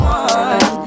one